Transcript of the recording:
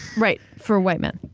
right. for white man.